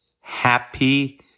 Happy